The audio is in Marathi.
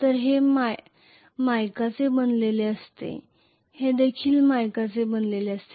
तर हे मायकाचे बनलेले आहे हे देखील मायकाचे बनलेले असेल